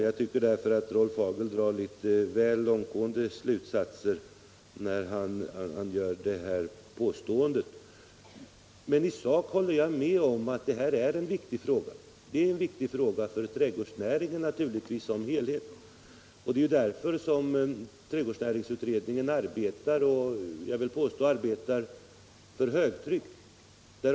Jag tycker därför att Rolf Hagel drar väl långtgående slutsatser i sitt anförande. I sak håller jag emellertid med Rolf Hagel om att detta är en viktig fråga för trädgårdsnäringen som helhet. Det är därför som trädgårdsnäringsutredningen arbetar — jag vill påstå arbetar för högtryck.